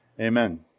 Amen